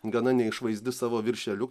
gana neišvaizdi savo viršeliu